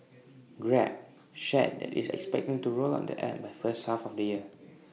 grab shared that it's expecting to roll out the app by first half of the year